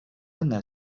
yna